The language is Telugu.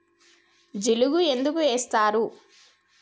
జిలుగు ఎందుకు ఏస్తరు?